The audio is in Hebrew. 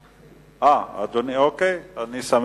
אדוני, אני אציג את החוק, גם את הרכבת.